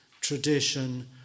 Tradition